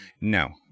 No